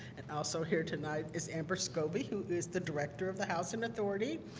and also here tonight is ambrose kobi? who is the director of the housing authority?